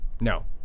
no